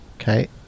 Okay